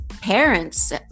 parents